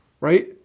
right